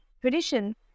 tradition